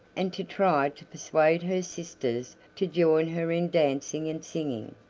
and to try to persuade her sisters to join her in dancing and singing.